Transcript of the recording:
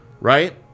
right